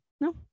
No